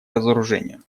разоружению